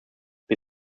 wir